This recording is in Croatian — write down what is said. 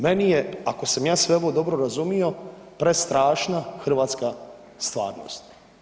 Meni je ako sam ja sve ovo dobro razumio prestrašna hrvatska stvarnost.